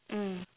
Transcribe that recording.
mm